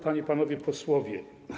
Panie i Panowie Posłowie!